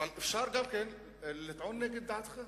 אפשר גם לטעון נגד דעתך,